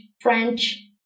French